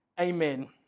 Amen